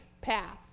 path